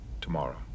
tomorrow